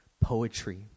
poetry